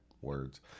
words